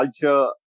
culture